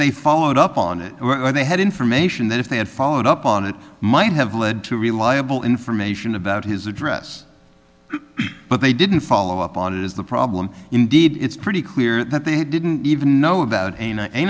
they followed up on it they had information that if they had followed up on it might have led to reliable information about his address but they didn't follow up on it is the problem indeed it's pretty clear that they didn't even know about a